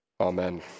Amen